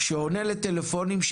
שעונה לטלפונים,